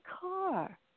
car